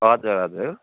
हजुर हजुर